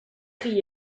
chi